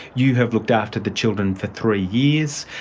you have looked after the children for three years.